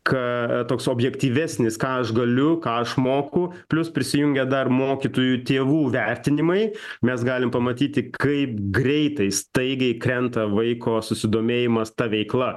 ką toks objektyvesnis ką aš galiuką aš moku plius prisijungia dar mokytojų tėvų vertinimai mes galim pamatyti kaip greitai staigiai krenta vaiko susidomėjimas ta veikla